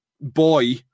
boy